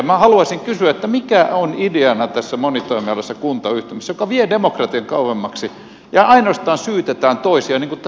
minä haluaisin kysyä mikä on ideana tässä monitoimialaisessa kuntayhtymässä joka vie demokratian kauemmaksi ja jossa ainoastaan syytetään toisia niin kuin tässä kainuun mallissa nyt on ruvennut tapahtumaan